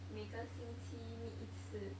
每个星期 meet 一次